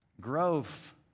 Growth